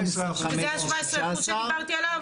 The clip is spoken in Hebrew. שזה ה-17% שדיברתי עליו?